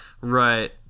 Right